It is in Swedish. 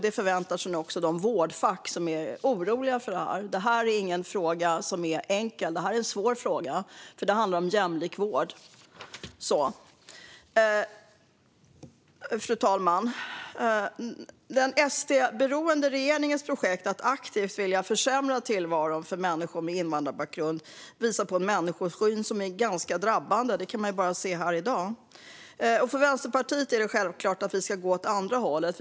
Det förväntar sig nog också de vårdfack som är oroliga för det här. Det här är ingen fråga som är enkel. Det här är en svår fråga, för den handlar om jämlik vård. Fru talman! Den SD-beroende regeringens projekt att aktivt försämra tillvaron för människor med invandrarbakgrund visar på en människosyn som är ganska drabbande. Det kan man se här i dag. För Vänsterpartiet är det självklart att vi ska gå åt andra hållet.